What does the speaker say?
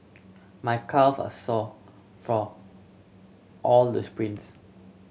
my calve are sore for all the sprints